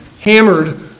hammered